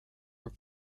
were